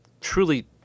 truly